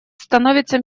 становится